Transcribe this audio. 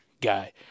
guy